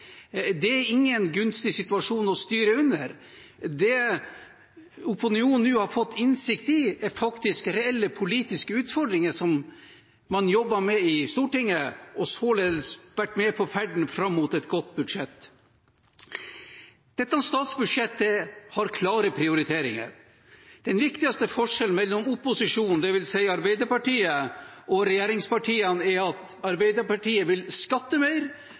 Det er ingen gunstig situasjon å styre i. Det opinionen nå har fått innsikt i, er reelle politiske utfordringer som man jobbet med i Stortinget, og har således vært med på ferden fram mot et godt budsjett. Dette statsbudsjettet har klare prioriteringer. Den viktigste forskjellen mellom opposisjonen, dvs. Arbeiderpartiet, og regjeringspartiene er at Arbeiderpartiet vil skatte mer,